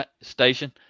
station